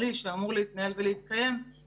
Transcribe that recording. אני קוראת לזה שוק חופשי כלכלי שאמור להתנהל ולהתקיים כדי